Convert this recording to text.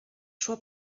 szła